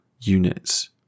units